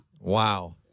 Wow